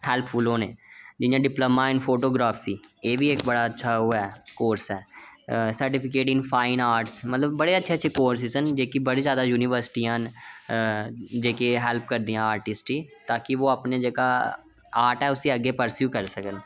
helpful होने जियां diploma and photography एह् बी इक बड़ा अच्छा ओह् ऐ कार्स ऐ certificate in fine arts courses न बड़ी जादा यूनिवर्सिटियां न जेह्की हैल्प करदे आर्टिस्ट की ओह् अपने आर्ट ऐ जेह्का उसी परसयू करी सकन